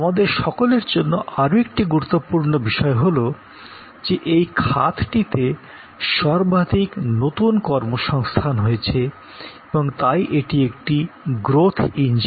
আমাদের সকলের জন্য আরো একটি গুরুত্বপূর্ণ বিষয় হলো যে এই খাতটিতে সর্বাধিক নতুন কর্মসংস্থান হয়েছে এবং তাই এটি একটি গ্রোথ ইঞ্জিন